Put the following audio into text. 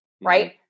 right